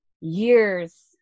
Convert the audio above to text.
years